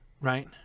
right